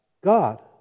God